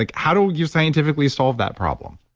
like how do you scientifically solve that problem?